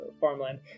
farmland